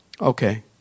Okay